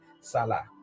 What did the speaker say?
Salah